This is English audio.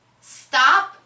stop